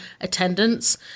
attendance